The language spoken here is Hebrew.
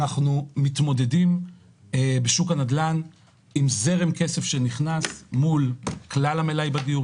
אנחנו מתמודדים בשוק הנדל"ן עם זרם כסף שנכנס מול כלל המלאי בדיור,